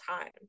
time